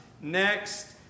Next